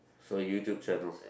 for you to travel